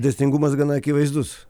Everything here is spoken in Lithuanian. dėsningumas gana akivaizdus